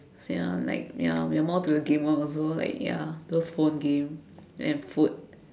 ya like ya we are more to the gamer also like ya those phone game and food